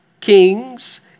kings